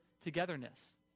togetherness